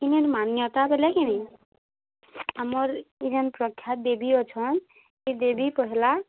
ଇନେର୍ ମାନ୍ୟତା ବେଲେ କି ନାଇଁ ଆମର୍ ଇ ଯେନ୍ ପ୍ରଖ୍ୟାତ୍ ଦେବୀ ଅଛନ୍ ସେ ଦେବୀ ପହେଲା